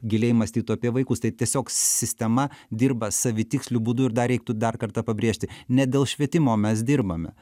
giliai mąstytų apie vaikus tai tiesiog sistema dirba savitiksliu būdu ir dar reiktų dar kartą pabrėžti ne dėl švietimo mes dirbame